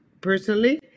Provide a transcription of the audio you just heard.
personally